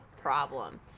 problem